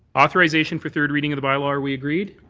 authorization for third reading of the bylaw are we agreed?